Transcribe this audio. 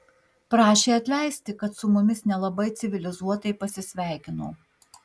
prašė atleisti kad su mumis nelabai civilizuotai pasisveikino